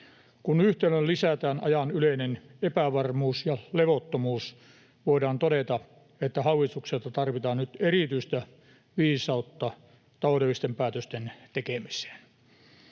Kun yhtälöön lisätään ajan yleinen epävarmuus ja levottomuus, voidaan todeta, että hallitukselta tarvitaan nyt erityistä viisautta taloudellisten päätösten tekemiseen.